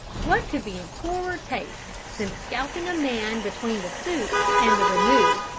what could be in poorer taste than scalping a man between the soup and the remove?